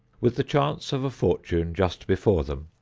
with the chance of a fortune just before them,